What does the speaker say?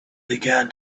began